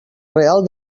real